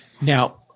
Now